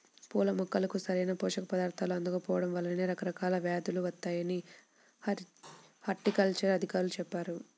పూల మొక్కలకు సరైన పోషక పదార్థాలు అందకపోడం వల్లనే రకరకాల వ్యేదులు వత్తాయని హార్టికల్చర్ అధికారులు చెప్పారు